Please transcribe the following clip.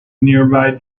nearby